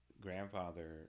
grandfather